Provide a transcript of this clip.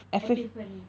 epiphany